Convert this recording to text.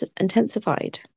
intensified